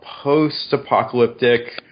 post-apocalyptic